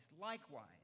likewise